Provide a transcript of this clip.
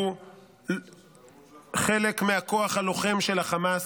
בעיניי, כל מי שהוא חלק מהכוח הלוחם של החמאס